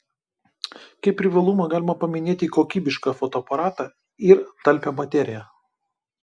kaip privalumą galima paminėti kokybišką fotoaparatą ir talpią bateriją